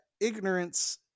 ignorance